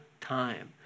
time